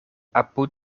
apud